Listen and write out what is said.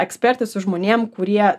ekspertais su žmonėm kurie